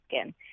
skin